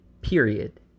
Period